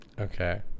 Okay